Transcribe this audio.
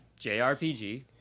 JRPG